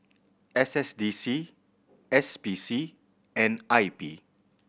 S S D C S P C and I P